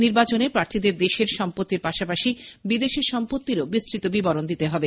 নির্বাচনে প্রার্থীদের দেশের সম্পত্তির পাশাপাশি বিদেশের সম্পত্তিরও বিস্তত বিবরণ দিতে হবে